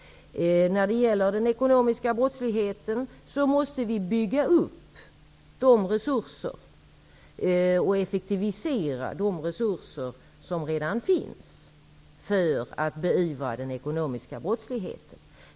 När det gäller den ekonomiska brottsligheten måste vi bygga upp och effektivisera de resurser som redan finns för att beivra den ekonomiska brottsligheten.